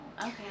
Okay